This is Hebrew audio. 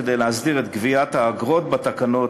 כדי להסדיר את גביית האגרות בתקנות,